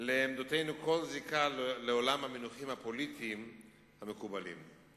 לעמדותינו כל זיקה לעולם המונחים הפוליטיים המקובלים.